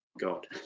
god